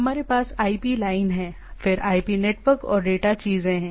हमारे पास IP line है फिर IP नेटवर्क और डेटा चीजें हैं